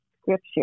scripture